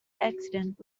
accident